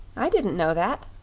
i didn't know that.